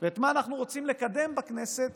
ואת מה אנחנו רוצים לקדם בכנסת